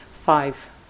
five